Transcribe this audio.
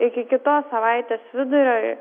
iki kitos savaitės vidurio